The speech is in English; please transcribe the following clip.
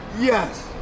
Yes